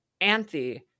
Anthe